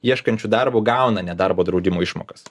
ieškančių darbo gauna nedarbo draudimo išmokas